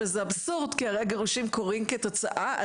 אבל זה אבסורד כי הגירושים קורים כתוצאה מזה.